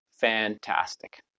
fantastic